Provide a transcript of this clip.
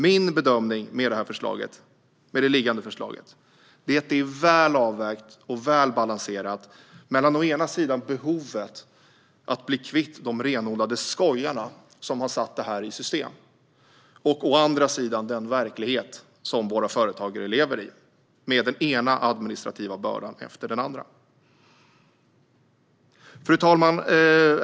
Min bedömning är att liggande förslag är väl avvägt och väl balanserat mellan å ena sidan behovet att bli kvitt de renodlade skojare som satt detta i system och å andra sidan den verklighet våra företagare lever i med den ena administrativa bördan efter den andra. Fru talman!